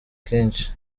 kenshi